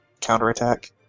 counterattack